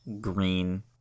green